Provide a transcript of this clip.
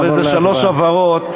שלוש הבהרות.